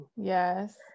Yes